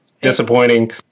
disappointing